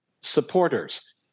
supporters